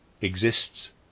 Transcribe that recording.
exists